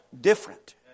different